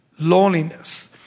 Loneliness